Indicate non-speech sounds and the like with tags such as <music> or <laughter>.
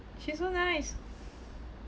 she's so nice <noise>